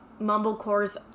Mumblecore's